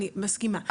אני מסכימה.